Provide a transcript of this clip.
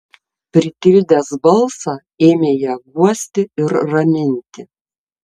pritildęs balsą ėmė ją guosti ir raminti